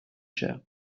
cher